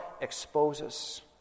exposes